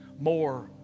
more